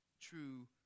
true